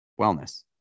wellness